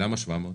למה 700 מטרים?